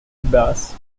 bass